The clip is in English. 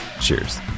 Cheers